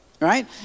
right